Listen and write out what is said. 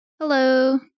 hello